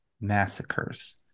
massacres